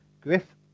Griff